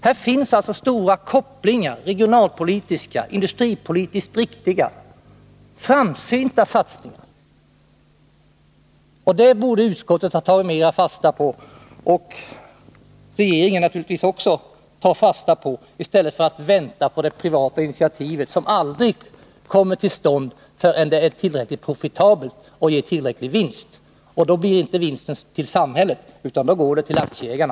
Här kan alltså göras stora regionalpolitiska kopplingar, och det är fråga om industripolitiskt riktiga och framsynta satsningar. Detta borde utskottet och naturligtvis också regeringen ha tagit fasta på mera i stället för att vänta på det privata initiativ som aldrig kommer till stånd förrän det är tillräckligt profitabelt och ger tillräcklig vinst. Och då går inte vinsten till samhället, utan då går den till aktieägarna.